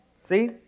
See